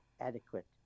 adequate